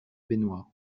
baignoire